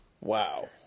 Wow